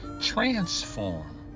transform